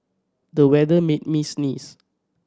the weather made me sneeze